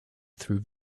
through